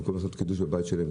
במקום לעשות קידוש בבית שלהם,